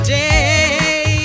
day